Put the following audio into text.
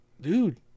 dude